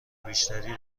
بیشتری